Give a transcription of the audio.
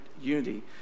unity